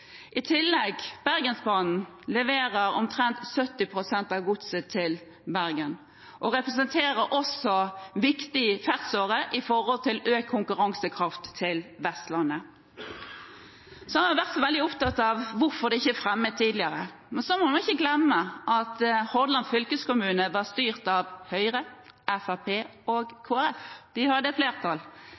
I tillegg leverer Bergensbanen omtrent 70 pst. av godset til Bergen og representerer også en viktig ferdselsåre med hensyn til økt konkurransekraft til Vestlandet. Man har vært veldig opptatt av hvorfor dette forslaget ikke er fremmet tidligere. Da må vi ikke glemme at Hordaland fylkeskommune var styrt av Høyre, Fremskrittspartiet og Kristelig Folkeparti. De hadde flertall.